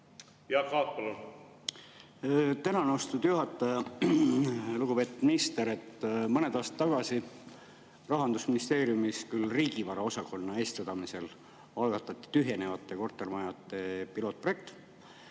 maha maetud? Tänan, austatud juhataja! Lugupeetud minister! Mõned aastad tagasi Rahandusministeeriumis, küll riigivara osakonna eestvedamisel, algatati tühjenevate kortermajade pilootprojekt.